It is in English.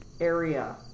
area